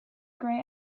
grey